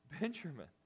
Benjamin